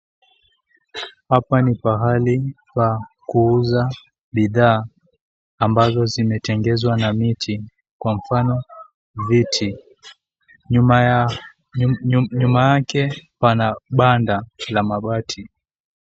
Hapa ni pahali pa kuuza bidhaa, ambazo zimetengezwa na miti. Kwa mfano, viti. Nyuma yake pana banda la mabati.